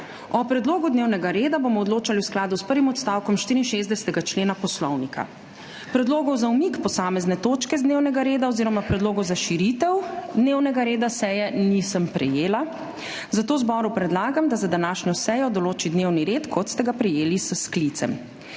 O predlogu dnevnega reda bomo odločali v skladu s prvim odstavkom 64. člena Poslovnika. Predlogov za umik posamezne točke z dnevnega reda oziroma predlogov za širitev dnevnega reda seje nisem prejela, zato zboru predlagam, da za današnjo sejo določi dnevni red, kot ste ga prejeli s sklicem.